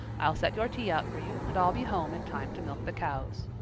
i'll set your tea out for you and i'll be home in time to milk the cows.